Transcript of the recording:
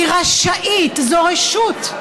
היא רשאית, זו רשות,